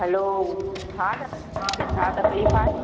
हलो हा दादा तव्हांखे छा तकलीफ़ु आहे